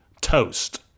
toast